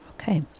Okay